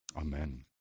Amen